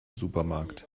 supermarkt